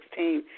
2016